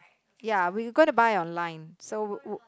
ya we gonna buy online so w~